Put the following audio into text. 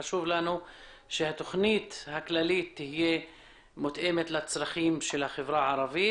חשוב לנו שהתכנית הכללית תהיה מותאמת לצרכים של החברה הערבית,